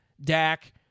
Dak